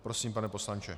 Prosím, pane poslanče.